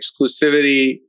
exclusivity